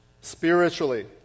spiritually